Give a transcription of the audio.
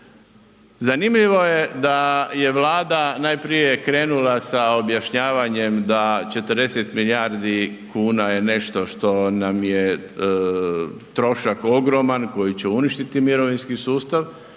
Zanimljivo je da je Vlada najprije krenula sa objašnjavanjem da 40 milijardi kuna je nešto što nam je trošak ogroman koji će uništiti mirovinski sustav,